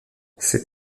c’est